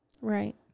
Right